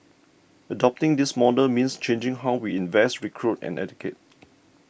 adopting this model means changing how we invest recruit and educate